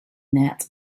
net